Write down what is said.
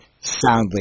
soundly